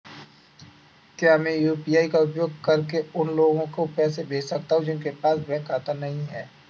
क्या मैं यू.पी.आई का उपयोग करके उन लोगों को पैसे भेज सकता हूँ जिनके पास बैंक खाता नहीं है?